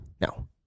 No